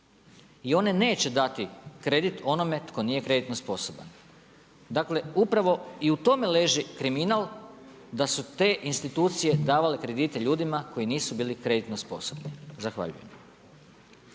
I one neće dati kredit onome tko nije kreditno sposoban. Dakle upravo i u tome leži kriminal da su te institucije davale kredite ljudima koji nisu bili kreditno sposobni. Zahvaljujem.